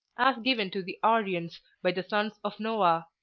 as given to the aryans by the sons of noah,